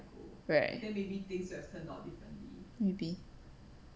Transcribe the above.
right maybe